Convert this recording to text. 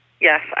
Yes